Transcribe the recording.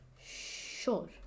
Sure